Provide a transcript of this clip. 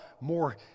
more